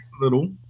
little